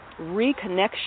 reconnection